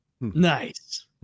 Nice